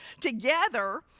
together